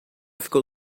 ficou